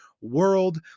world